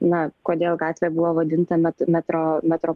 na kodėl gatvė buvo vadinta met metro metro